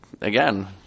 again